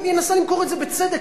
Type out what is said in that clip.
היא מנסה למכור את זה בצדק,